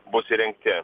bus įrengti